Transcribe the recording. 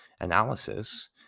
Analysis